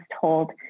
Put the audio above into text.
told